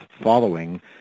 following